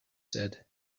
said